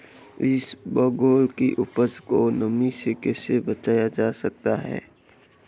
इसबगोल की उपज को नमी से कैसे बचाया जा सकता है?